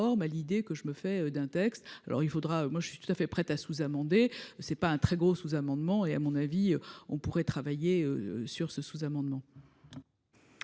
à l'idée que je me fais d'un texte. Alors il faudra moi je suis tout à fait prête à sous-amendé. C'est pas un très gros sous-amendement et à mon avis, on pourrait travailler sur ce sous-amendement.